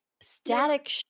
Static